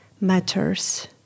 matters